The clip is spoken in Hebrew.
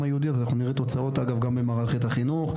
היהודי אז אנחנו נראה תוצאות גם במערכת החינוך,